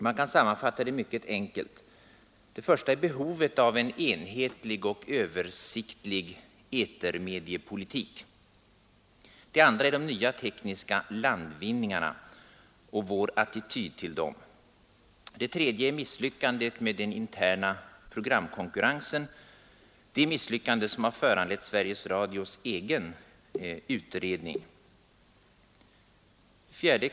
De kan sammanfattas mycket enkelt: 2. De nya tekniska landvinningarna och vår attityd till dem. 3. Misslyckandet med den interna programkonkurrensen, det misslyckande som har föranlett Sveriges Radios egen utredning. 4.